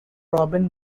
robin